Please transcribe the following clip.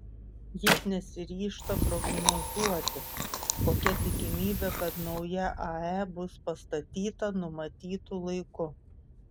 jis nesiryžta prognozuoti kokia tikimybė kad nauja ae bus pastatyta numatytu laiku